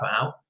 out